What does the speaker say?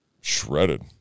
shredded